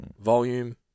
volume